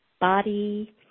body